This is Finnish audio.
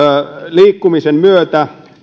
liikkumisen myötä